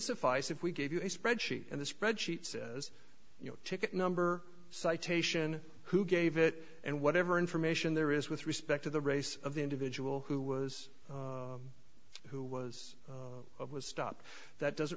suffice if we gave you a spreadsheet and the spreadsheet says you know ticket number citation who gave it and whatever information there is with respect to the race of the individual who was who was of was stop that doesn't